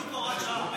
לא כתוב פה "הוראת שעה".